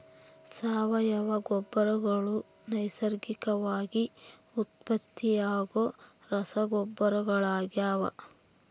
ಸಾವಯವ ಗೊಬ್ಬರಗಳು ನೈಸರ್ಗಿಕವಾಗಿ ಉತ್ಪತ್ತಿಯಾಗೋ ರಸಗೊಬ್ಬರಗಳಾಗ್ಯವ